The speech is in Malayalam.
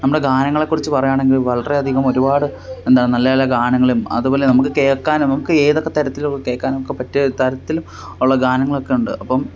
നമ്മുടെ ഗാനങ്ങളെക്കുറിച്ച് പറയുകയാണെങ്കിൽ വളരെയധികം ഒരുപാട് എന്താ നല്ല നല്ല ഗാനങ്ങളും അതുപോലെ നമുക്ക് കേൾക്കാനും നമുക്ക് ഏതൊക്കെ തരത്തിലും കേള്ക്കാനും ഒക്കെ പറ്റിയ തരത്തിലുള്ള ഗാനങ്ങളൊക്കെ ഉണ്ട് അപ്പോള്